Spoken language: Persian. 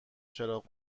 چراغ